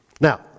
Now